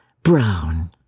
Brown